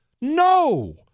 No